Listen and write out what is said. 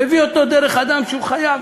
הוא מביא אותו דרך אדם שהוא חייב,